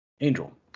Angel